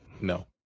No